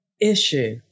issue